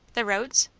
the roads?